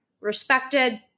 respected